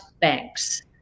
banks